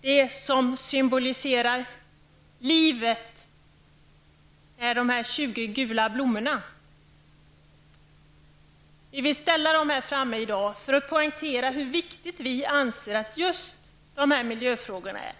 Dessa tjugo gula blommor symboliserar livet. Vi vill ställa dem här framme på podiet i dag för att poängtera hur viktiga vi anser att dessa miljöfrågor är.